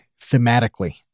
thematically